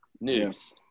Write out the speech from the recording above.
news